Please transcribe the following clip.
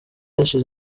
hashize